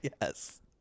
Yes